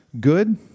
Good